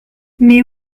mais